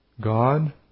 God